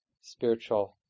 spiritual